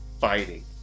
fighting